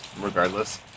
regardless